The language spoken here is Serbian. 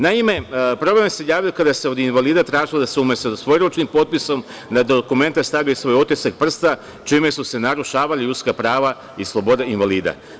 Naime, problem se javlja kada se od invalida tražilo da se umesto da se sa isporučenim potpisom na dokumenta stave svoj otisak prsta čime su se narušavali ljudska prava i slobode invalida.